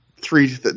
three